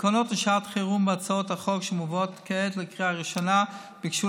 התקנות לשעת חירום והצעת החוק שמובאת כעת לקריאה ראשונה ביקשו